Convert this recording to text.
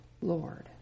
Lord